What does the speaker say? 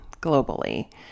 globally